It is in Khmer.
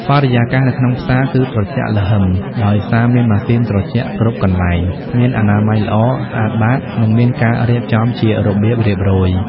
បរិយាកាសនៅក្នុងផ្សារគឺត្រជាក់ល្ហឹមដោយសារមានម៉ាស៊ីនត្រជាក់គ្រប់កន្លែង មានអនាម័យល្អ ស្អាតបាត និងមានការរៀបចំជារបៀបរៀបរយ។